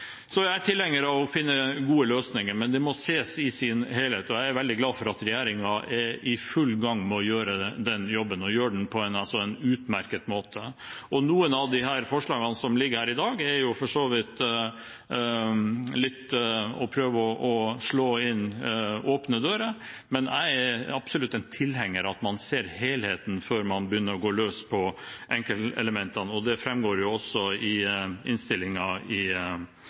Jeg er tilhenger av å finne gode løsninger, men det må ses i sin helhet. Jeg er veldig glad for at regjeringen er i full gang med å gjøre den jobben og gjør den på en utmerket måte. Noen av de forslagene som ligger her i dag, er for så vidt som å prøve å slå inn åpne dører. Jeg er absolutt en tilhenger av at man ser helheten før man begynner å gå løs på enkeltelementene, og det framgår også i innstillingen i